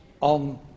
on